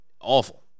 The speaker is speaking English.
awful